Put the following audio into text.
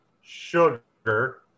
sugar